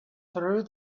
through